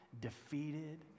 defeated